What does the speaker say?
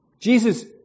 Jesus